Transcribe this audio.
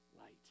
light